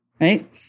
right